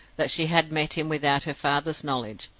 that she had met him without her father's knowledge,